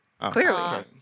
clearly